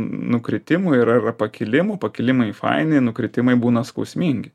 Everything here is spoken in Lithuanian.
nukritimų yra ir pakilimų pakilimai faini nukritimai būna skausmingi